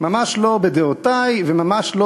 ממש לא בדעותי וממש לא